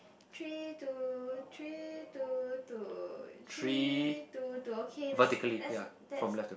three two three two two three two two okay that's let's that's